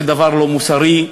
זה דבר לא מוסרי,